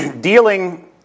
dealing